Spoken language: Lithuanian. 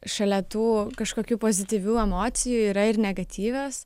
šalia tų kažkokių pozityvių emocijų yra ir negatyvios